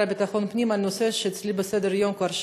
לביטחון הפנים על נושא שאצלי על סדר-היום כבר שנים.